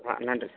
ஆ நன்றி சார்